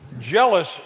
Jealous